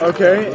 Okay